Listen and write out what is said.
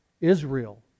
Israel